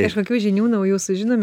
kažkokių žinių naujų sužinome